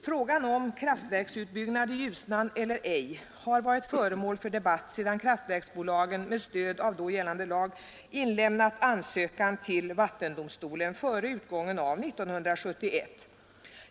Frågan om kraftverksutbyggnad i Ljusnan har varit föremål för debatt sedan kraftverksbolagen med stöd av gällande lag inlämnat ansökan till vattendomstolen före utgången av 1971.